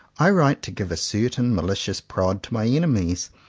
i write to give a certain malicious prod to my enemies,